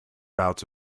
bouts